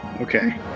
Okay